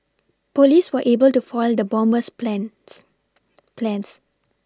police were able to foil the bomber's plans plans